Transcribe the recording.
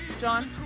John